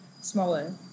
smaller